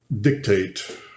dictate